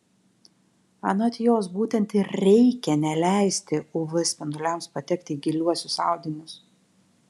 anot jos būtent ir reikia neleisti uv spinduliams patekti į giliuosius audinius